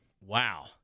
Wow